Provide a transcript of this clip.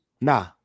Nah